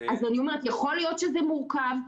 אני אומרת שיכול להיות שזה מורכב,